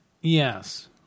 Yes